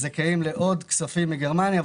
והם זכאים לעוד כספים מגרמניה.